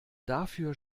dafür